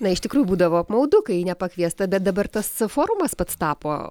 na iš tikrųjų būdavo apmaudu kai nepakviesta bet dabar tas forumas pats tapo